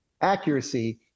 accuracy